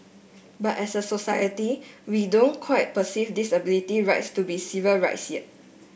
but as a society we don't quite perceive disability rights to be civil rights yet